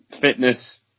fitness